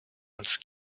als